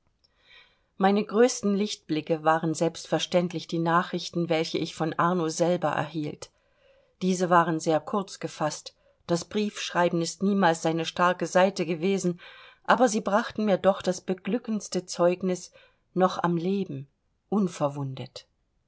meine größten lichtblicke waren selbstverständlich die nachrichten welche ich von arno selber erhielt diese waren sehr kurz gefaßt das briefschreiben ist niemals seine starke seite gewesen aber sie brachten mir doch das beglückendste zeugnis noch am leben unverwundet